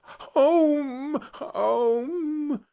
home, home!